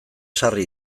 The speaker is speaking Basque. sarri